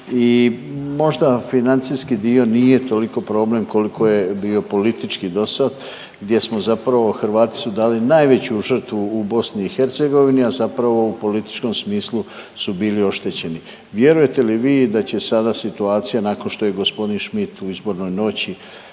i možda financijski dio toliko problem koliko je bio politički dosad gdje smo zapravo, Hrvati su dali najveću žrtvu u BiH, a zapravo u političkom smislu su bili oštećeni. Vjerujete li vi da će sada situacija nakon što je g. Schmidt u izbornoj noći